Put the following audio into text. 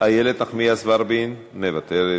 איילת נחמיאס ורבין, מוותרת,